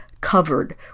covered